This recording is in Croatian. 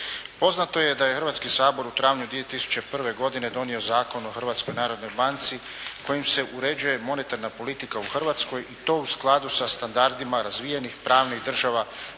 Poznato je da je Hrvatski sabor u travnju 2001. godine donio Zakon o Hrvatskoj narodnoj banci, kojim se uređuje monetarna politika u Hrvatskoj i to u skladu sa standardima razvijenih pravnih država,